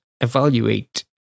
evaluate